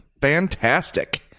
fantastic